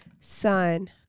son